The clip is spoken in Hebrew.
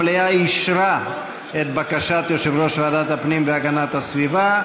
המליאה אישרה את בקשת יושב-ראש ועדת הפנים והגנת הסביבה,